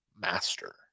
Master